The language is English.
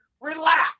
Relax